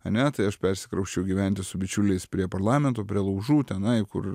ane tai aš persikrausčiau gyventi su bičiuliais prie parlamento prie laužų tenai kur